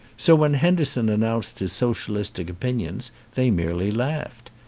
so when henderson announced his social istic opinions they merely laughed.